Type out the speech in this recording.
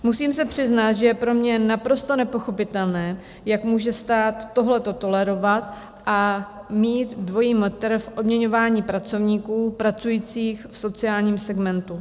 Musím se přiznat, že je pro mě naprosto nepochopitelné, jak může stát tohleto tolerovat a mít dvojí metr v odměňování pracovníků pracujících v sociálním segmentu.